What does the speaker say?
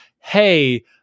hey